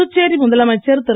புதுச்சேரி முதலமைச்சர் திரு